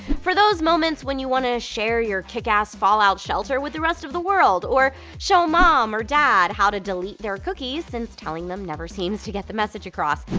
for those moments when you wanna share your kickass fallout shelter with the rest of the world or show mom or dad how to delete their cookies since telling them never seems to get the message across,